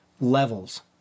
levels